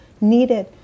needed